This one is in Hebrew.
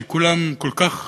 שכולם כל כך